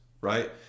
right